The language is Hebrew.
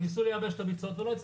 והם ניסו לייבש את הביצות, ולא הצליחו.